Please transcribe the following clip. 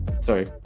sorry